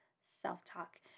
self-talk